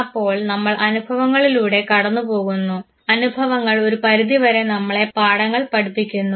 അപ്പോൾ നമ്മൾ അനുഭവങ്ങളിലൂടെ കടന്നു പോകുന്നു അനുഭവങ്ങൾ ഒരുപരിധിവരെ നമ്മളെ പാഠങ്ങൾ പഠിപ്പിക്കുന്നു